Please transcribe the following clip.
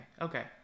Okay